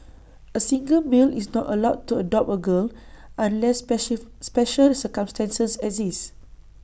A single male is not allowed to adopt A girl unless special circumstances exist